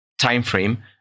timeframe